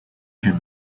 him